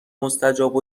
مستجاب